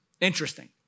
Interesting